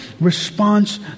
response